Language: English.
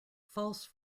false